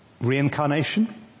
Reincarnation